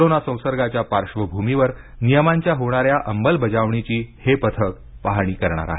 corona संसर्गाच्या पार्श्वभूमीवर नियमांच्या होणाऱ्या अंमलबजावणीची हे पथक पाहणी करणार आहे